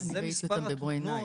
שזה מספר התלונות,